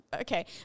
Okay